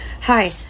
hi